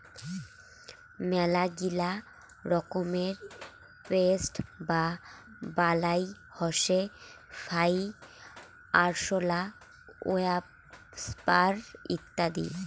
মেলাগিলা রকমের পেস্ট বা বালাই হসে ফ্লাই, আরশোলা, ওয়াস্প ইত্যাদি